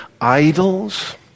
idols